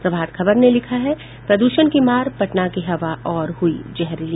प्रभात खबर ने लिखा है प्रदूषण की मार पटना की हवा और हुई जहरीली